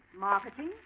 Marketing